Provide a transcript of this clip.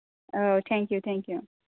औ thank you thank you